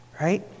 right